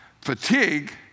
fatigue